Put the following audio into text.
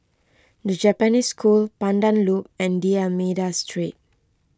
the Japanese School Pandan Loop and D'Almeida Street